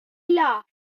laughed